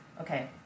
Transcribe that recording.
Okay